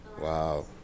Wow